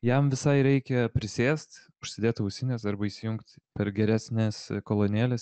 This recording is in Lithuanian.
jam visai reikia prisėst užsidėt ausines arba įsijungt per geresnes kolonėles